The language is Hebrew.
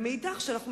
ומצד שני,